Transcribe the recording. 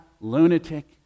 lunatic